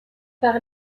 par